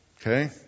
Okay